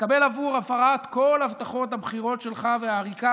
מקבל עבור הפרת כל הבטחות הבחירות שלך והעריקה